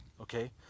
okay